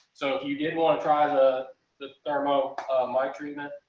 so if you didn't want to try to to thermo mite treatment,